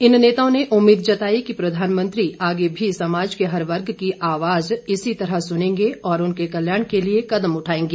इन नेताओं ने उम्मीद जताई कि प्रधानमंत्री आगे भी समाज के हर वर्ग की आवाज़ इसी तरह सुनेंगे और उनके कल्याण के लिए कदम उठाएंगे